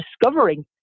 discovering